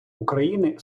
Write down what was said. україни